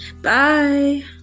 bye